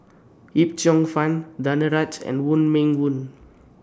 Yip Cheong Fun Danaraj and Wong Meng Voon